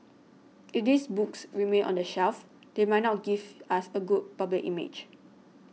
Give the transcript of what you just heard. it these books remain on the shelf they might not give us a good public image